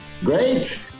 great